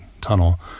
tunnel